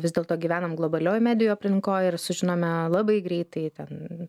vis dėlto gyvenam globalioj medijų aplinkoj ir sužinome labai greitai ten